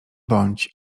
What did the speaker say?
bądź